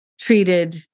treated